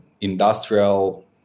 industrial